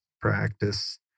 practice